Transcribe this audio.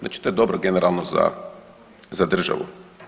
Znači to je dobro generalno za, za državu.